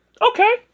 Okay